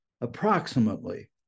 approximately